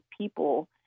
people